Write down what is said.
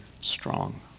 strong